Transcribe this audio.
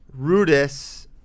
Rudis